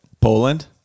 Poland